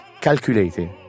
calculated